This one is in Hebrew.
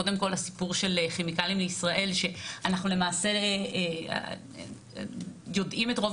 קודם כל הסיפור של כימיקלים לישראל שאנחנו למעשה יודעים את רוב